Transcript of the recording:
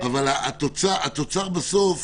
אבל התוצר בסוף